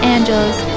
Angels